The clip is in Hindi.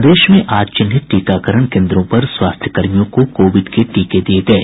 प्रदेश में आज चिन्हित टीकाकरण केन्द्रों पर स्वास्थ्यकर्मियों को कोविड के टीके दिये गये